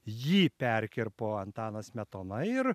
jį perkirpo antanas smetona ir